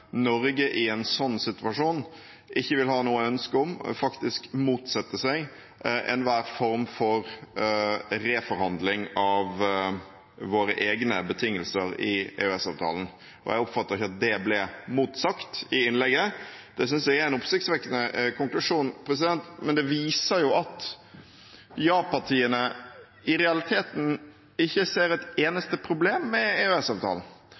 Norge i en sånn situasjon ikke vil ha noe ønske om, og faktisk vil motsette seg, enhver form for reforhandling av våre egne betingelser i EØS-avtalen. Jeg oppfattet ikke at det ble motsagt i innlegget. Det synes jeg er en oppsiktsvekkende konklusjon, men det viser at ja-partiene i realiteten ikke ser et eneste problem med